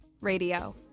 Radio